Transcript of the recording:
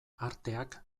arteak